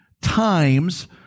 times